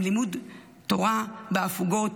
עם לימוד תורה בהפוגות,